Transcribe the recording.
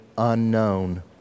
unknown